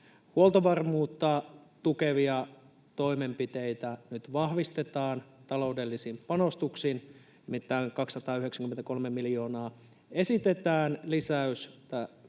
huoltovarmuutta tukevia toimenpiteitä nyt vahvistetaan taloudellisin panostuksin, nimittäin 293 miljoonan lisäys